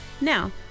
Now